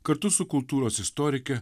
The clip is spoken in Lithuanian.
kartu su kultūros istorike